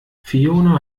fiona